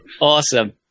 Awesome